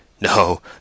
No